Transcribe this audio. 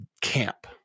camp